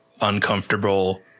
uncomfortable